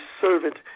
servant